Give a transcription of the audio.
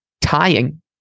tying